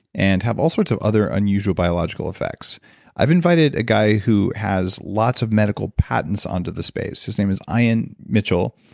and have all sorts of other unusual biological effects i've invited a guy who has lots of medical patents under this space. his name is ian mitchell,